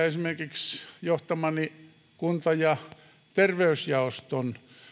esimerkiksi johtamani kunta ja terveysjaosto